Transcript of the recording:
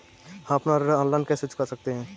हम अपना ऋण ऑनलाइन कैसे चुका सकते हैं?